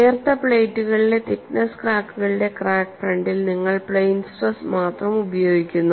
നേർത്ത പ്ലേറ്റുകളിലെ തിക്നെസ്സ് ക്രാക്കുകളുടെ ക്രാക്ക് ഫ്രണ്ടിൽ നിങ്ങൾ പ്ലെയ്ൻ സ്ട്രെസ് മാത്രം ഉപയോഗിക്കുന്നു